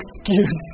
excuse